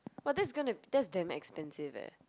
what that's gonna that's damn expensive eh